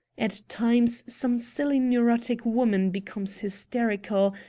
at times some silly neurotic woman becomes hysterical,